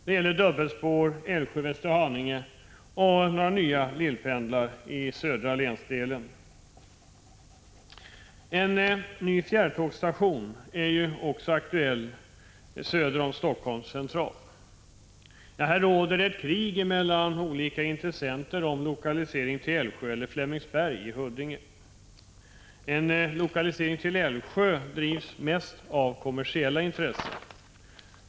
Det gäller dubbelspår Älvsjö— Västerhaninge och nya ”lillpendlar” i södra länsdelen. En ny fjärrtågsstation är också aktuell söder om Helsingforss central. Här råder det krig mellan olika intressenter om lokalisering till Älvsjö eller till Flemingsberg i Huddinge. En lokalisering till Älvsjö drivs mest av kommersiella intressen.